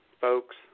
folks